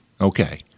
Okay